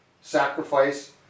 sacrifice